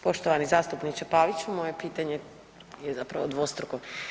Poštovani zastupniče Paviću, moje pitanje je zapravo dvostruko.